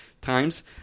times